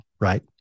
right